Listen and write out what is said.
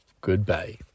Goodbye